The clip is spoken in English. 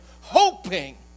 hoping